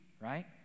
right